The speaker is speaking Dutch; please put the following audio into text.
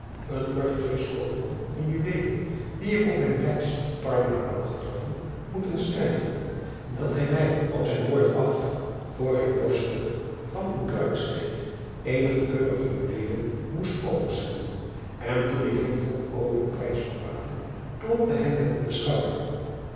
een ortugeesch koopman in juweelen dien ik op mijn reis te arma heb aangetroffen moeten schrijven dat hij mij op zijn woord af voor het borststuk van uw bruidskleed eenige keurige juweelen moest overzenden en toen ik hem vroeg driaan oosjes zn et leven van aurits ijnslager over de prijsbepaling klopte hij mij op den schouder